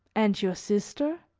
and your sister?